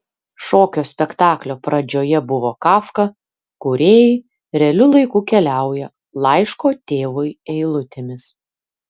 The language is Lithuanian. šokio spektaklio pradžioje buvo kafka kūrėjai realiu laiku keliauja laiško tėvui eilutėmis